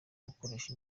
gukoresha